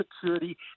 security